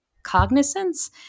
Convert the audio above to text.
Cognizance